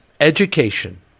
Education